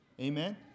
Amen